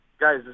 guys